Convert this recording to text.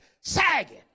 sagging